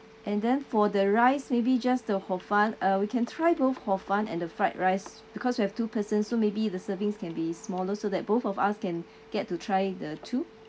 and then for the rice maybe just the hor fun uh we can try both hor fun and the fried rice because we have two persons so maybe the servings can be smaller so that both of us can get to try the two